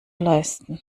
leisten